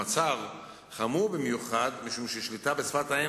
המצב חמור במיוחד משום ששליטה בשפת האם